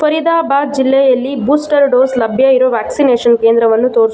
ಫರೀದಾಬಾದ್ ಜಿಲ್ಲೆಯಲ್ಲಿ booster dose ಲಭ್ಯ ಇರೋ ವ್ಯಾಕ್ಸಿನೇಷನ್ ಕೇಂದ್ರವನ್ನು ತೋರ್ಸು